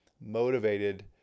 motivated